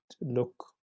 look